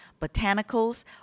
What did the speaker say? botanicals